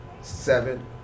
Seven